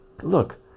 Look